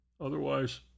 Otherwise